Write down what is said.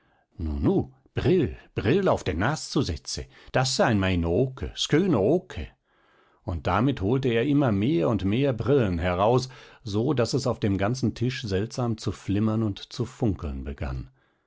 brill brill auf der nas su setze das sein meine oke sköne oke und damit holte er immer mehr und mehr brillen heraus so daß es auf dem ganzen tisch seltsam zu flimmern und zu funkeln begann